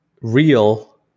real